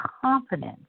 confidence